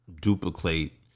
duplicate